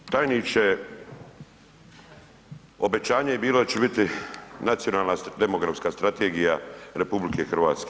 Tajniče, obećanje je bilo da će biti nacionalna demografska strategija RH.